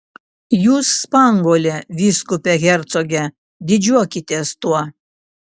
jūs spanguolė vyskupe hercoge didžiuokitės tuo